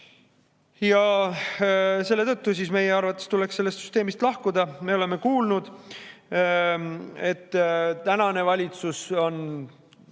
Ja selle tõttu meie arvates tuleks sellest süsteemist lahkuda. Me oleme kuulnud, tänane valitsus on